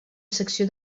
secció